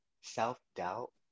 self-doubt